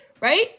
right